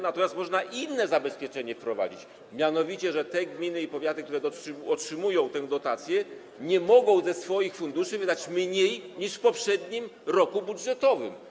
Natomiast można tu inne zabezpieczenie wprowadzić, mianowicie takie, że te gminy i powiaty, które otrzymują dotację, nie mogą ze swoich funduszy wydać mniej niż w poprzednim roku budżetowym.